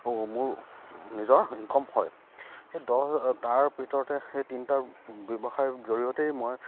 মোৰ নিজৰ ইনকম হয় সেই দহ তাৰ ভিতৰতে সেই তিনিটা ব্যৱসায়ৰ জৰিয়তেই মই